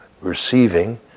receiving